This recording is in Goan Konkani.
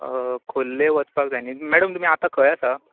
खोर्ले वसपाक जाय न्हय मॅडम तुमी आतां खंय आसा